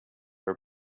were